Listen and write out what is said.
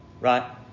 Right